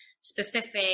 specific